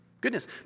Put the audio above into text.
Goodness